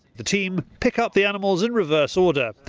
the team pick up the animals in reverse order.